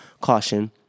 Caution